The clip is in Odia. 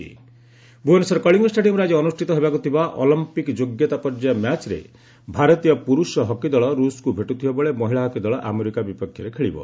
ହକି ଭୁବନେଶ୍ୱର କଳିଙ୍ଗ ଷ୍ଟାଡିୟମ୍ରେ ଆଜି ଅନୁଷ୍ଠିତ ହେବାକୁ ଥିବା ଅଲିମ୍ପିକ୍ ଯୋଗ୍ୟତା ପର୍ଯ୍ୟାୟ ମ୍ୟାଚ୍ରେ ଭାରତୀୟ ପୁରୁଷ ହକି ଦଳ ରୁଷ୍କୁ ଭେଟ୍ରଥିବାବେଳେ ମହିଳା ହକି ଦଳ ଆମେରିକା ବିପକ୍ଷରେ ଖେଳିବ